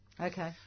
Okay